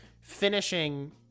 finishing